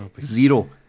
zero